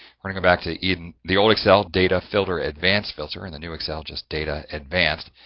when i go back to even the old excel, data, filter, advanced filter. in the new excel just data, advanced.